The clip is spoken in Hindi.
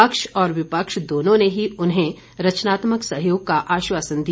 पक्ष और विपक्ष दोनों ने ही उन्हें रचनात्मक सहयोग का आश्वासन दिया